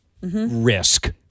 risk